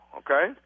okay